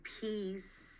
peace